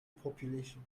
population